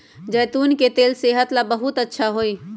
जैतून के तेल सेहत ला बहुत अच्छा हई